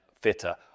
fitter